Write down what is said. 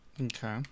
Okay